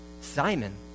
Simon